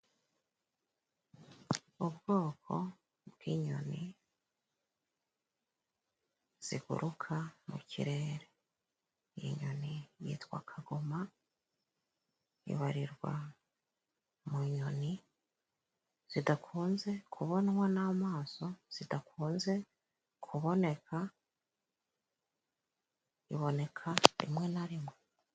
Ubwoko bwinyoni ziguruka mu kirere iyi nyoni yitwa kagoma. Ibarirwa mu nyoni zidakunze kubonwa n'amaso, zidakunze kuboneka iboneka rimwe na rimwe.